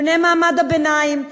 בני מעמד הביניים,